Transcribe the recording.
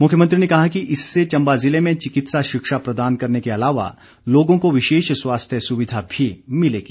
मुख्यमंत्री ने कहा कि इससे चंबा ज़िले में चिकित्सा शिक्षा प्रदान करने के अलावा लोगों को विशेष स्वास्थ्य सुविधा भी मिलेगी